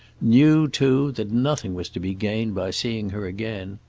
knew, too, that nothing was to be gained by seeing her again.